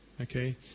okay